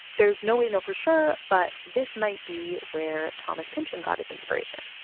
there's no way to know for sure, but this might be where thomas pynchon got his inspiration.